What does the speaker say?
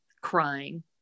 crying